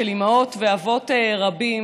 של אימהות ואבות רבים,